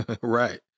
Right